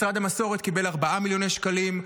משרד המסורת קיבל 4 מיליוני שקלים,